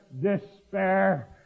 despair